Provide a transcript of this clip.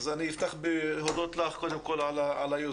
אז אני אפתח בלהודות לך קודם כל על היוזמה.